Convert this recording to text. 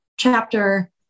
chapter